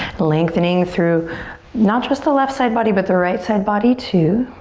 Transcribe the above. lengthening through not just the left side body but the right side body too.